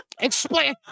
Explain